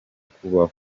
kubaho